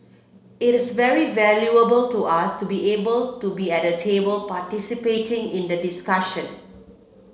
it is very valuable to us to be able to be at the table participating in the discussion